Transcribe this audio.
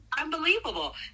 Unbelievable